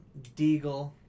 deagle